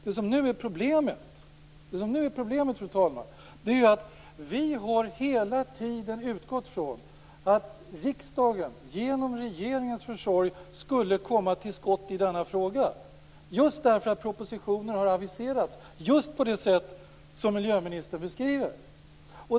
Det som nu är problemet är att vi hela tiden utgått från att riksdagen genom regeringens försorg skulle komma till skott i denna fråga just därför att propositionen har aviserats på det sätt som miljöministern beskriver.